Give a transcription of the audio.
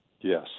Yes